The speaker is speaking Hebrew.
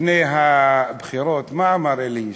לפני הבחירות, מה אמר אלי ישי?